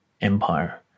empire